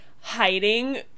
hiding